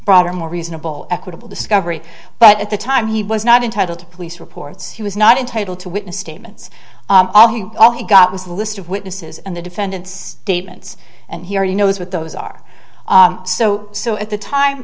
broader more reasonable equitable discovery but at the time he was not entitled to police reports he was not entitled to witness statements all he got was a list of witnesses and the defendant's statements and he already knows what those are so so at the time